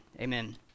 Amen